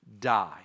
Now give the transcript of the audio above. die